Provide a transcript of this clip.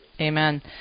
Amen